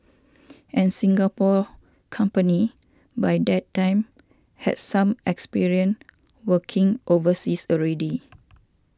and Singapore company by that time had some experience working overseas already